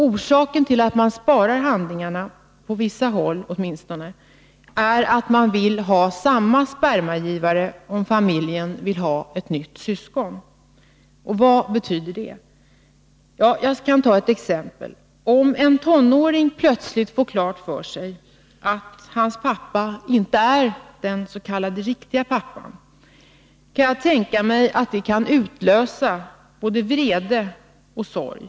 Orsaken till att de — åtminstone vissa av dem — sparar handlingarna är att de vill kunna använda samma spermagivare om familjen vill ha ett syskon till sitt barn. Vilka följder kan detta få? Jag kan illustrera det med ett exempel. Om en tonåring plötsligt får klart för sig att hans pappa inte är hans ”riktiga” pappa, kan det utlösa både vrede och sorg.